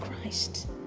Christ